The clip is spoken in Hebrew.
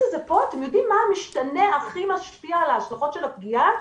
אתם יודעים מה המשתנה הכי משפיע על ההשלכות של הפגיעה?